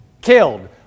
killed